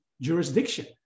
jurisdiction